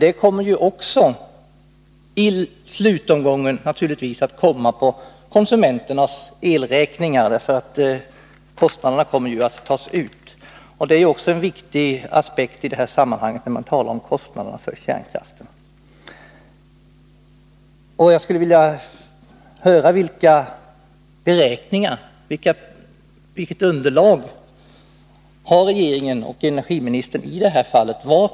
Det kommer i slutomgången naturligtvis att drabba konsumenterna i form av höjda elräkningar. Kostnaderna måste ju tas ut på något sätt. Det är en viktig aspekt när man talar om kostnaderna för kärnkraften. Vilka beräkningar har regeringen och energiministern i det här fallet som underlag?